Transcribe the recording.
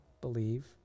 believe